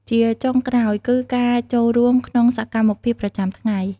ជាចុងក្រោយ គឺ ការចូលរួមក្នុងសកម្មភាពប្រចាំថ្ងៃ ។